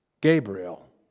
Gabriel